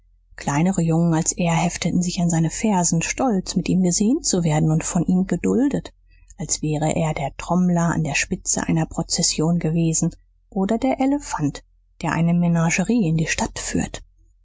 kleinere jungen als er hefteten sich an seine fersen stolz mit ihm gesehen zu werden und von ihm geduldet als wäre er der trommler an der spitze einer prozession gewesen oder der elefant der eine menagerie in die stadt führt